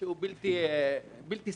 בסוציו שהוא בלתי סביר.